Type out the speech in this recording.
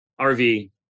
RV